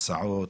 הצעות,